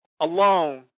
alone